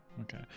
Okay